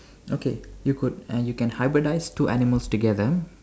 okay you could and you can hybridise two animals together